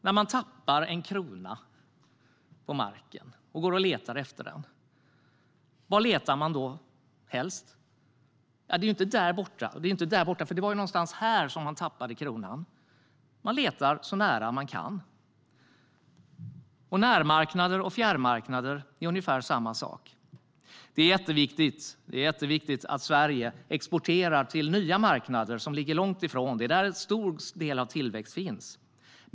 När man tappar en krona på marken och letar efter den, var letar man då helst? Jo, någonstans i närheten, så nära man kan. Närmarknader och fjärrmarknader är ungefär samma sak. Det är jätteviktigt att Sverige exporterar till nya marknader som ligger långt borta där en stor del av tillväxten finns.